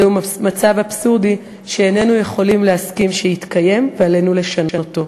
זהו מצב אבסורדי שאיננו יכולים להסכים שיתקיים ועלינו לשנותו.